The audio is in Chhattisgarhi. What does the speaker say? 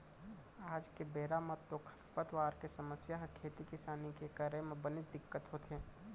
आज के बेरा म तो खरपतवार के समस्या ह खेती किसानी के करे म बनेच दिक्कत होथे